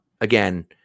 again